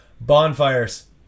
Bonfires